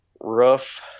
rough